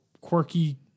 quirky